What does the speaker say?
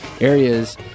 areas